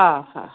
हा हा